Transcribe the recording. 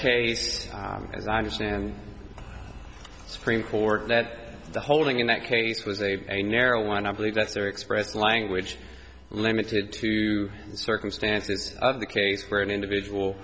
case as i understand supreme court that the holding in that case was a a narrow one i believe that's their expressed language limited to the circumstances of the case for an individual